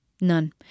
none